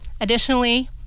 Additionally